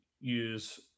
use